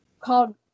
Called